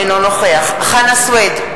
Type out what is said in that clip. אינו נוכח חנא סוייד,